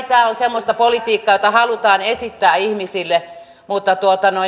tämä on semmoista politiikkaa jota halutaan esittää ihmisille mutta